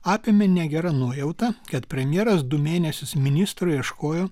apėmė negera nuojauta kad premjeras du mėnesius ministro ieškojo